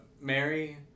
Mary